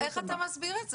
איך אתה מסביר את זה?